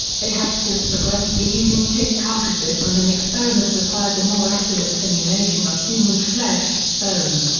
they have since progressed to using pig carcasses when an experiment requires a more accurate simulation of human flesh, bone,